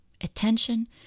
Attention